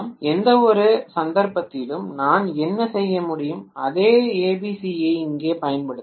எந்தவொரு சந்தர்ப்பத்திலும் நான் என்ன செய்ய முடியும் அதே ஏபிசியை இங்கே பயன்படுத்தலாம்